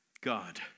God